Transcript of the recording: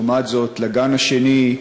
לעומת זאת, לגן השני,